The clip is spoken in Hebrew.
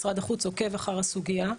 משרד החוץ עוקב אחר הסוגיה,